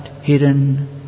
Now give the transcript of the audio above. hidden